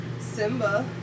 Simba